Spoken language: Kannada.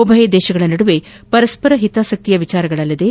ಉಭಯ ದೇಶಗಳ ನಡುವೆ ಪರಸ್ಪರ ಹಿತಾಸಕ್ತಿಯ ವಿಷಯಗಳಲ್ಲದೇ